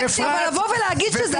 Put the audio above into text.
טלי, אני קורא אותך לסדר.